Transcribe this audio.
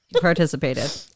participated